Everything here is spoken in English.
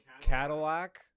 Cadillac